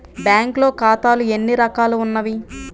బ్యాంక్లో ఖాతాలు ఎన్ని రకాలు ఉన్నావి?